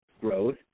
growth